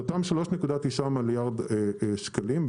אותם 3.9 מיליארד שקלים,